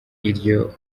iryo